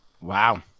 Wow